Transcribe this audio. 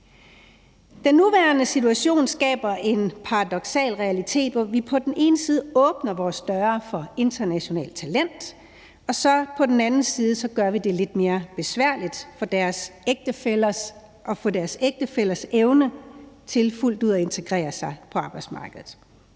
Den nuværende situation skaber en paradoksal realitet, hvor vi på den ene side åbner vores dør for internationalt talent og på den anden side gør det lidt mere besværligt for deres ægtefæller, for ægtefællens evne til fuldt ud at integrere sig på arbejdsmarkedet.